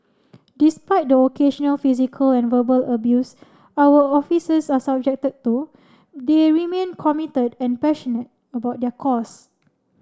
despite the occasional physical and verbal abuse our officers are subjected to they remain committed and passionate about their cause